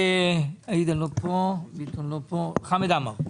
עאידה לא פה; ביטון לא פה; חמד עמאר.